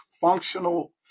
Functional